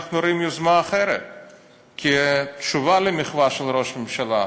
אנחנו רואים יוזמה אחרת כתשובה למחווה של ראש הממשלה,